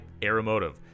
Aeromotive